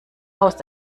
haust